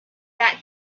that